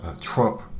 Trump